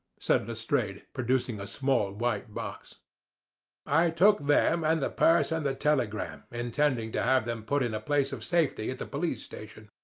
said lestrade, producing a small white box i took them and the purse and the telegram, intending to have them put in a place of safety at the police station.